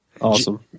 Awesome